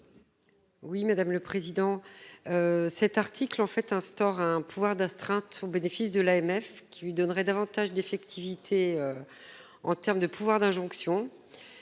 Oui madame le président. Cet article en fait, instaure un pouvoir d'astreinte au bénéfice de l'AMF qui lui donnerait davantage d'effectivité. En terme de pouvoir d'injonction.